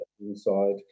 Inside